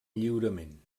lliurement